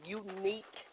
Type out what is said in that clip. unique